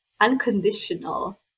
unconditional